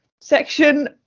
section